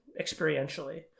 experientially